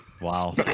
Wow